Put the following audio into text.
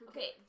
Okay